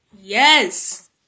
Yes